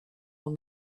will